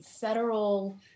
federal